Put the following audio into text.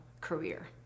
career